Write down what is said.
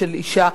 ושל אשה,